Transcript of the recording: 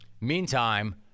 Meantime